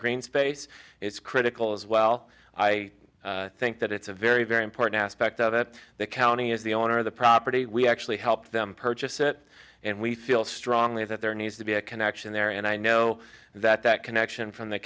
green space is critical as well i think that it's a very very important aspect of it the county is the owner of the property we actually help them purchase it and we feel strongly that there needs to be a connection there and i know that that connection from the